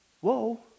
Whoa